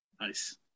Nice